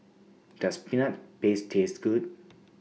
Does Peanut Paste Taste Good